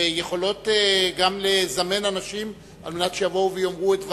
שיכולות לזמן אנשים על מנת שיבואו ויאמרו את דברם.